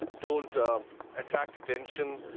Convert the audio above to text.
don't um attract attention,